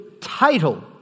title